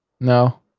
no